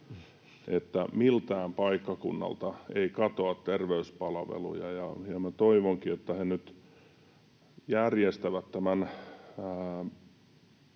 että miltään paikkakunnalta ei katoa terveyspalveluja, ja toivonkin, että he nyt järjestävät tämän